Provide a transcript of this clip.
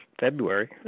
February